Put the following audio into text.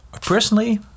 personally